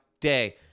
day